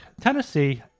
Tennessee